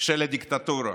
של הדיקטטורה.